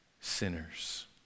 sinners